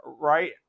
right